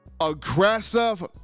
aggressive